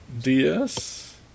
DS